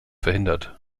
verhindert